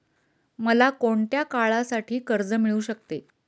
मला कोणत्या काळासाठी कर्ज मिळू शकते?